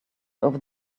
over